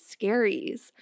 scaries